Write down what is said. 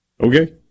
okay